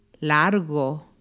Largo